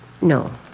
No